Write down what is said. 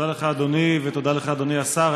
תודה לך, אדוני, ותודה לך, אדוני השר.